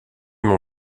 mon